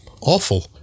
awful